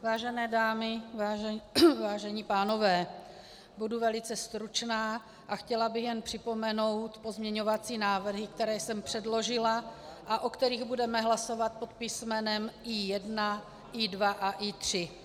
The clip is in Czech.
Vážené dámy, vážení pánové, budu velice stručná a chtěla bych jen připomenout pozměňovací návrhy, které jsem předložila a o kterých budeme hlasovat pod písmenem I1, I2 a I3.